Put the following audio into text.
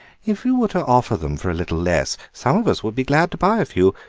if you were to offer them for a little less, some of us would be glad to buy a few.